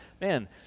man